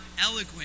eloquent